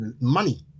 money